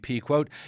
quote